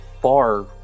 far